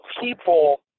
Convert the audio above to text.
people